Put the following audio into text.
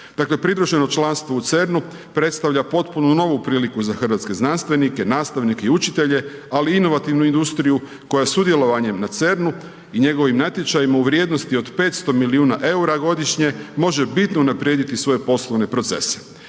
pridruženo članstvo u CERN-u predstavlja potpuno novu priliku za hrvatske znanstvenike, nastavnike i učitelje ali i inovativnu industriju koja sudjelovanjem na CERN-u i njegovim natječajima u vrijednosti od 500 milijuna eura godišnje, može bitno unaprijediti svoje poslovne procese.